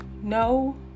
no